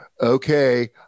okay